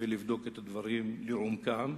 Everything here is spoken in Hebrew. לבדוק את הדברים לעומקם,